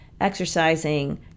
exercising